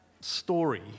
story